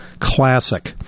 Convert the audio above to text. classic